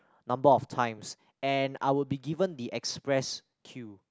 number of times and I would be given the express queue